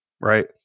right